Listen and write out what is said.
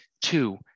Two